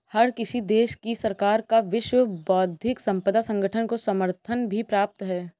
हर किसी देश की सरकार का विश्व बौद्धिक संपदा संगठन को समर्थन भी प्राप्त है